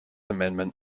amendment